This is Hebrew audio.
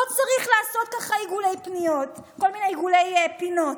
לא צריך לעשות ככה כל מיני עיגולי פינות.